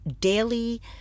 daily